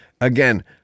Again